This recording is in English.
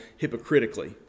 hypocritically